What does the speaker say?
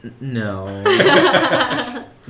no